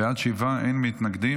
בעד, שבעה, אין מתנגדים.